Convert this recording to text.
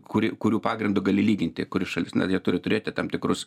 kuri kurių pagrindu gali lyginti kuri šalis narė turi turėti tam tikrus